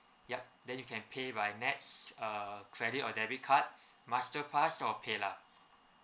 yeah then you can pay by nets err credit or debit card master pass or pay lah